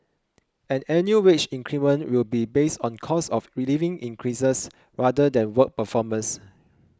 and annual wage increments will be based on cost of living increases rather than work performance